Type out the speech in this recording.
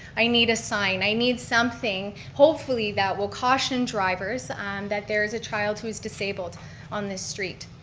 i need a sign, i need something, hopefully that will caution drivers that there's a child who's disabled on this street.